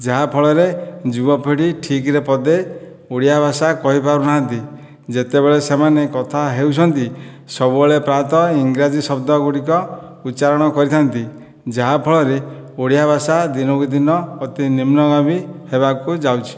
ଯାହା ଫଳରେ ଯୁବ ପିଢ଼ି ଠିକରେ ପଦେ ଓଡ଼ିଆ ଭାଷା କହିପାରୁନାହାନ୍ତି ଯେତେବେଳେ ସେମାନେ କଥା ହେଉଛନ୍ତି ସବୁବେଳେ ପ୍ରାୟତଃ ଇଂରାଜୀ ଶବ୍ଦ ଗୁଡ଼ିକ ଉଚ୍ଚାରଣ କରିଥାନ୍ତି ଯାହା ଫଳରେ ଓଡ଼ିଆ ଭାଷା ଦିନକୁ ଦିନ ଅତି ନିମ୍ନଗାମୀ ହେବାକୁ ଯାଉଛି